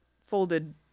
folded